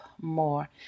more